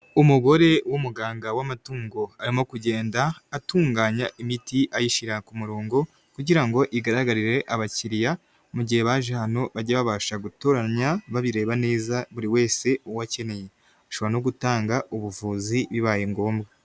Umugore w'umuganga w'amatungo arimo kugenda atunganya imiti ayishyira ku murongo kugira ngo igaragarire abakiriya mu gihe baje hano bage babasha gutoranya babireba neza buri wese uwo akeneye, ashobora no gutanga ubuvuzi bibaye ngombwa.